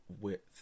width